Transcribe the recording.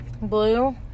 Blue